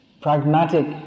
pragmatic